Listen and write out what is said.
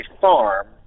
farm